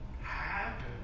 happen